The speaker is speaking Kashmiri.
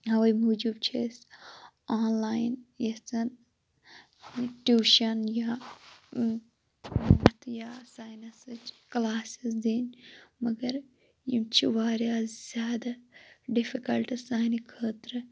اَوَے موجوب چھِ أسۍ آنلایِن یِژھان ٹِیوشَن یا یا ساینَسٕچ کَلاسِز دِنۍ مَگَر یم چھ وارِیاہ زیادٕ ڈِفِکَلٹ سانہِ خٲطرٕ